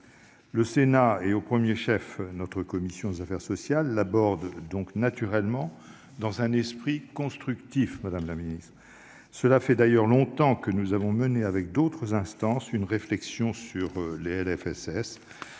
Le Sénat et, au premier chef, sa commission des affaires sociales l'abordent donc naturellement dans un esprit constructif. Cela fait d'ailleurs longtemps que nous avons mené, avec d'autres instances, une réflexion sur les lois